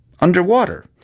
underwater